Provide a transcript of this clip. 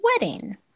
wedding